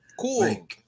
Cool